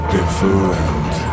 Different